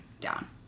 down